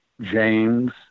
James